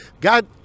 God